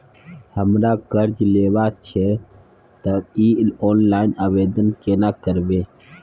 हमरा कर्ज लेबा छै त इ ऑनलाइन आवेदन केना करबै?